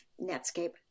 Netscape